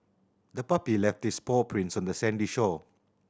the puppy left its paw prints on the sandy shore